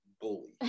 bully